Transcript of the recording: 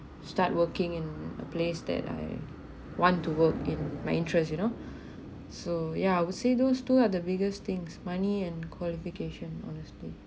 start working in a place that I want to work in my interest you know so yeah I would say those two are the biggest things money and qualification honestly